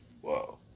whoa